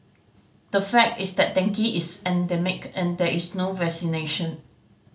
the fact is that dengue is endemic and there is no vaccination